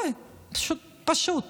בוא, פשוט,